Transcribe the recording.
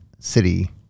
City